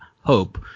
hope